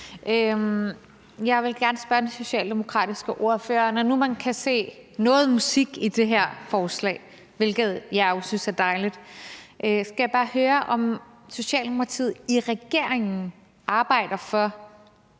Jeg vil gerne spørge den socialdemokratiske ordfører: Når nu man kan se noget musik i det her forslag, hvilket jeg jo synes er dejligt, skal jeg bare høre, om Socialdemokratiet i regeringen arbejder for,